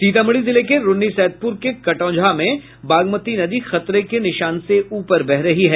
सीतामढ़ी जिले के रून्नी सैदपुर के कटौंझा में बागमती नदी खतरे के निशान से ऊपर बह रही है